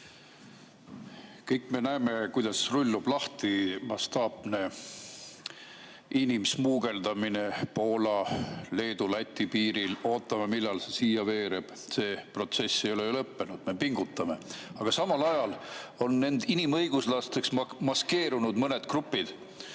Kõik me näeme, kuidas rullub lahti mastaapne inimsmugeldamine Poola-Leedu-Läti piiril. Ootame, millal see siia veereb. See protsess ei ole ju lõppenud, me pingutame. Aga samal ajal on mõned grupid maskeerunud inimõiguslasteks.